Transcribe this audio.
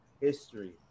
history